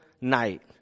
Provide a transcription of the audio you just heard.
night